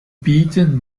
bieten